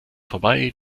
vorbei